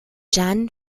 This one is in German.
jan